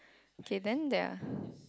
okay then there are